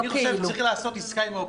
אני חושב שצריך לעשות עסקה עם האופוזיציה.